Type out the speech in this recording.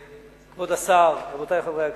כבוד השר, רבותי חברי הכנסת,